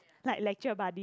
like lecture buddy